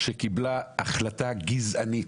שקיבלה החלטה גזענית.